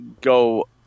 go